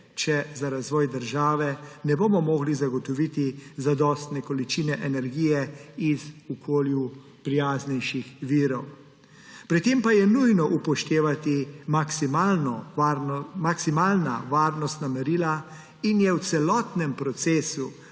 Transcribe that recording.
če za razvoj države ne bomo mogli zagotoviti zadostne količine energije iz okolju prijaznejših virov. Pri tem pa je nujno upoštevati maksimalna varnostna merila in je v celotnem procesu